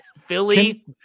Philly